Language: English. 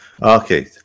Okay